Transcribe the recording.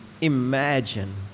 imagine